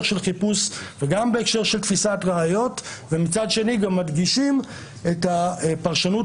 של חיפוש וגם בהקשר של תפיסת ראיות ומצד שני גם מדגישים את הפרשנות